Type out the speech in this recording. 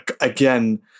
again